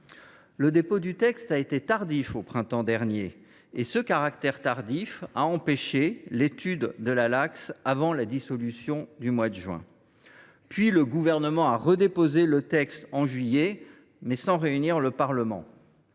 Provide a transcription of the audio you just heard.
Le dépôt du texte a été tardif au printemps dernier et c’est ce caractère tardif qui a empêché son examen avant la dissolution du mois de juin. Puis le Gouvernement a redéposé le texte en juillet dernier, mais sans réunir le Parlement.